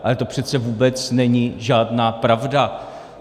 Ale to přece vůbec není žádná pravda.